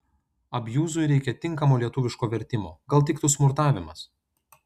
abjuzui reika tinkamo lietuviško vertimo gal tiktų smurtavimas